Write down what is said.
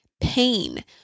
pain